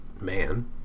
man